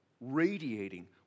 radiating